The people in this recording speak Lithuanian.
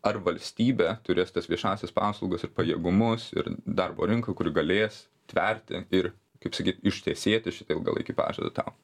ar valstybė turės tas viešąsias paslaugas ir pajėgumus ir darbo rinką kuri galės tverti ir kaip sakyt ištesėti šitą ilgalaikį pažadą tau